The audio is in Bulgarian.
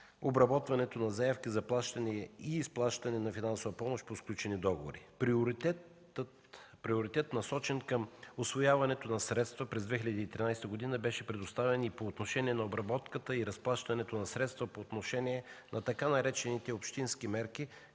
обработването на заявки за плащане и изплащане на финансова помощ по сключени договори. Приоритет, насочен към усвояването на средства през 2013 г., беше предоставен във връзка с обработката и разплащането на средства по отношение на тъй наречените „общински мерки”,